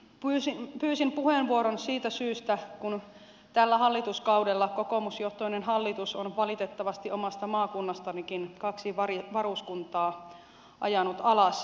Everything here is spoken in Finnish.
mutta pyysin puheenvuoron siitä syystä että tällä hallituskaudella kokoomusjohtoinen hallitus on valitettavasti omasta maakunnastanikin kaksi varuskuntaa ajanut alas